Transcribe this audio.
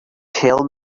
tell